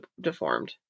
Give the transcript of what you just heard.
deformed